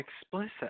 explicit